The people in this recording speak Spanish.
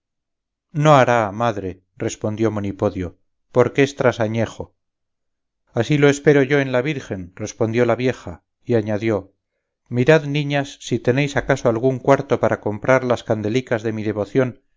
no hará madre respondió monipodio porque es trasañejo así lo espero yo en la virgen respondió la vieja y añadió mirad niñas si tenéis acaso algún cuarto para comprar las candelicas de mi devoción